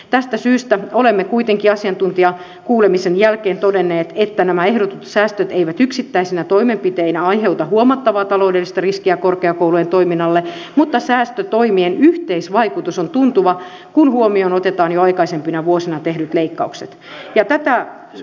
tästä syystä olemme kuitenkin asiantuntijakuulemisen jälkeen todenneet että nämä ehdotetut säästöt eivät yksittäisinä toimenpiteinä aiheuta huomattavaa taloudellista riskiä korkeakoulujen toiminnalle mutta säästötoimien yhteisvaikutus on tuntuva kun huomioon otetaan jo aikaisempina vuosina tehdyt leikkaukset